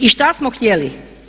I šta smo htjeli?